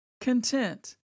content